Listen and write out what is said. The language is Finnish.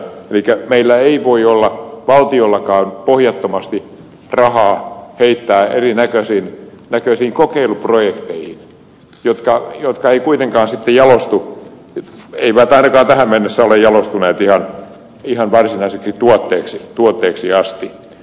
elikkä meillä ei voi valtiollakaan olla pohjattomasti rahaa heittää erinäköisiin kokeiluprojekteihin jotka eivät kuitenkaan sitten jalostu eivät ainakaan tähän mennessä ole jalostuneet ihan varsinaisiksi tuotteiksi asti